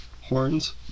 horns